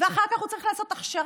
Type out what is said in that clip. ואחר כך הוא צריך לעשות הכשרה,